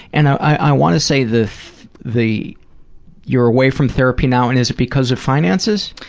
and i wanna say the the you're away from therapy now, and is it because of finances?